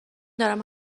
دارم